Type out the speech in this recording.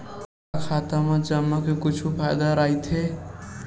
का खाता मा जमा के कुछु फ़ायदा राइथे?